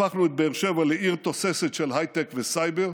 הפכנו את באר שבע לעיר תוססת של הייטק וסייבר,